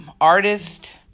artist